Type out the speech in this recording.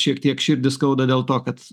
šiek tiek širdį skauda dėl to kad